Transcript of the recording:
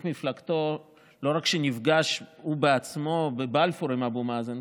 מפלגתו נפגש בעצמו בבלפור עם אבו מאזן,